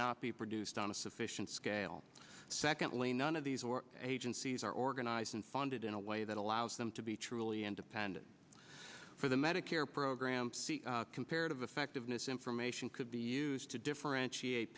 not be produced on a sufficient scale secondly none of these or agencies are organized and funded in a way that allows them to be truly independent for the medicare program comparative effectiveness information could be used to differentiate